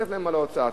התווסף להם על ההוצאה.